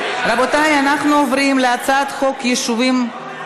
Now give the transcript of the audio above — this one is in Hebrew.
רבותיי, אנחנו עוברים להצעת חוק,